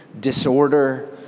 disorder